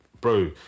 bro